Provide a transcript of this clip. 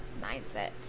mindset